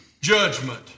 judgment